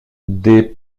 des